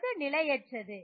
அது நிலையற்றது